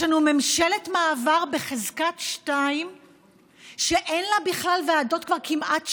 יש לנו ממשלת מעבר בחזקת שתיים שאין לה בכלל ועדות כבר כמעט שנה.